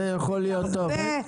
זה יכול להיות טוב.